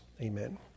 Amen